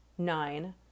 Nine